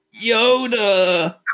Yoda